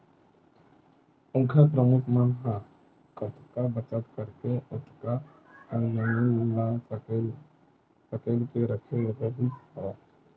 ओखर पुरखा मन ह कतका बचत करके ओतका कन जमीन ल सकेल के रखे रिहिस हवय